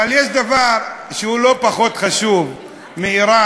אבל יש דבר שהוא לא פחות חשוב מאיראן,